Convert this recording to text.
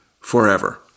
forever